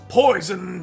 poison